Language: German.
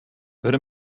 würde